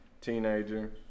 teenager